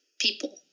people